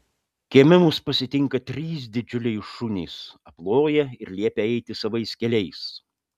kieme mus pasitinka trys didžiuliai šunys aploja ir liepia eiti savais keliais